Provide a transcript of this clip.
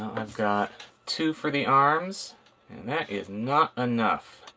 i've got two for the arms and that is not enough.